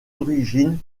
origines